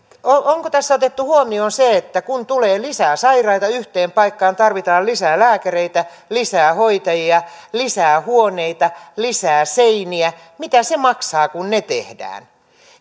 onko tässä otettu huomioon sitä että kun tulee lisää sairaita yhteen paikkaan tarvitaan lisää lääkäreitä lisää hoitajia lisää huoneita lisää seiniä mitä se maksaa kun ne tehdään